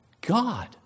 God